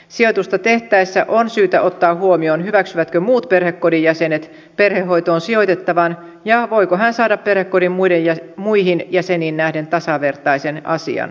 sijoitusta tehtäessä on syytä ottaa huomioon hyväksyvätkö muut perhekodin jäsenet perhehoitoon sijoitettavan ja voiko hän saada perhekodin muihin jäseniin nähden tasavertaisen aseman